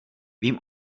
vím